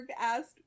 asked